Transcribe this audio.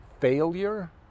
Failure